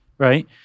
Right